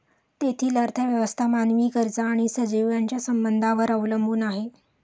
तेथील अर्थव्यवस्था मानवी गरजा आणि सजीव यांच्या संबंधांवर अवलंबून आहे